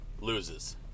loses